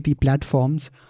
platforms